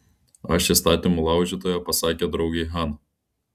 aš įstatymų laužytoja pasakė draugei hana